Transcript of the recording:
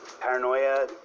Paranoia